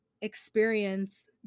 experience